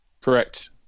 Correct